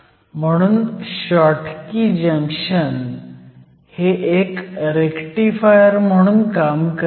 म्हणून Schottky junction हे एक रेक्टीफायर म्हणून काम करेल